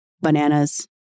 bananas